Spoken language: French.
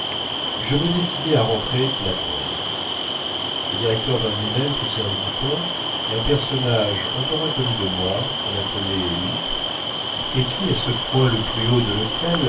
je me décidai à rentrer l'attendre le directeur vint lui-même pousser un bouton et un personnage encore inconnu de moi qu'on appelait lift et qui à